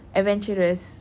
adventurous